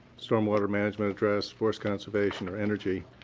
storm water management addressed, forest conservation or energy,